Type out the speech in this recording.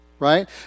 Right